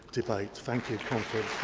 thank you, conference.